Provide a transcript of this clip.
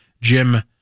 Jim